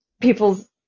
people's